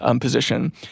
position